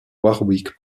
warwick